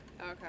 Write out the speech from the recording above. Okay